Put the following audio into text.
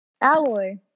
Alloy